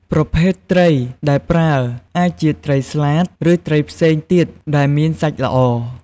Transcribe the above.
ប្រភេទត្រីដែលប្រើអាចជាត្រីស្លាត ឬត្រីផ្សេងទៀតដែលមានសាច់ល្អ។